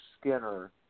Skinner